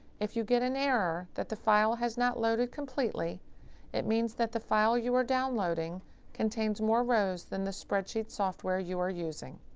if you get an error that the file has not loaded completely it means that the file you are downloading contains more rows the spreadsheet software you are using.